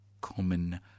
common